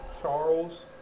Charles